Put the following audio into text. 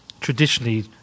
traditionally